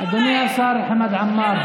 אדוני השר חמד עמאר.